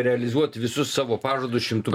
realizuoti visus savo pažadus šimtu